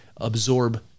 absorb